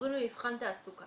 עוברים למבחן תעסוקה